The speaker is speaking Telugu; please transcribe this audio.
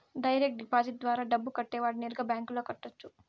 డైరెక్ట్ డిపాజిట్ ద్వారా డబ్బు కట్టేవాడు నేరుగా బ్యాంకులో కట్టొచ్చు